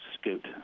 scoot